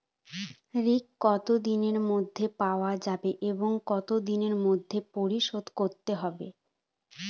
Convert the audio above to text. ঋণ কতদিনের মধ্যে পাওয়া যাবে এবং কত দিনের মধ্যে পরিশোধ করতে হবে?